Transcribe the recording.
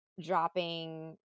dropping